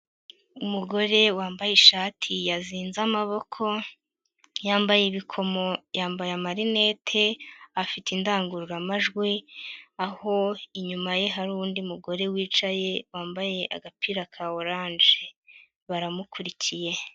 Umugore wambaye ishati yazinze amaboko, yambaye ibikomo, yambaye amarinete, afite indangururamajwi aho inyuma ye hari undi mugore wicaye wambaye agapira ka oranje baramukurikiye.